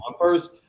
first